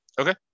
Okay